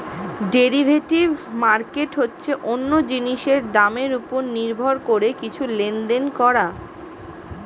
derivative market হচ্ছে অন্য জিনিসের দামের উপর নির্ভর করে কিছু লেনদেন করা